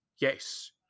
Yes